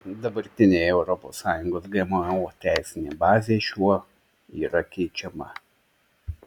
dabartinė europos sąjungos gmo teisinė bazė šiuo yra keičiama